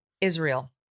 Israel